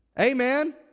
Amen